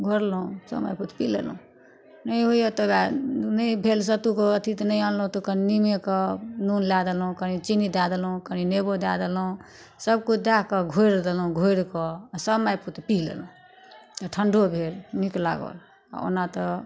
घोरलहुॅ सब माइ पूत पी लेलहुॅं नहि होइया तऽ वएह नहि भेल सत्तू के अथी तऽ नहि अनलहुॅं तऽ नीमके नून लए देलहुॅं कनी चीन्नी दए देलहुॅं कनी नेबो दए देलहुॅं सब किछु दए कऽ घोरि देलहुॅं घोरि कऽ आ सब माइ पूत पी लेलहुॅं आ ठंडो भेल नीक लागल ओना तऽ